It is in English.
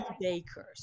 bakers